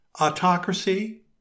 autocracy